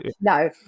no